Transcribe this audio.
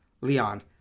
Leon